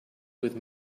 with